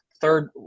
third